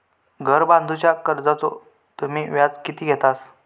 घर बांधूच्या कर्जाचो तुम्ही व्याज किती घेतास?